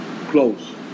close